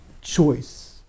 choice